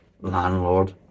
Landlord